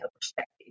perspective